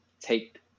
take